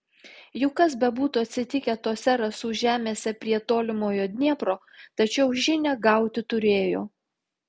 juk kas bebūtų atsitikę tose rasų žemėse prie tolimojo dniepro tačiau žinią gauti turėjo